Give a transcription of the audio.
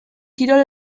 kirol